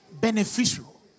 beneficial